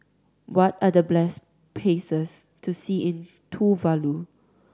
what are the places to see in Tuvalu